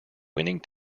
winning